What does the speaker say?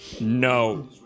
no